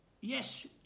yes